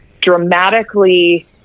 dramatically